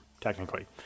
Technically